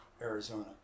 Arizona